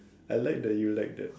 I like that you like that